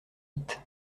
vite